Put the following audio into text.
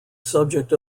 subject